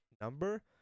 number